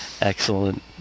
excellent